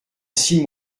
six